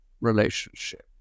relationship